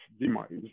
demise